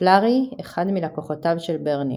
פלארי – אחד מלקוחותיו של ברני.